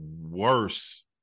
worse